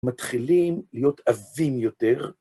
מתחילים להיות עבים יותר.